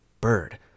bird